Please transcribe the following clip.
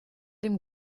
dem